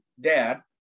dad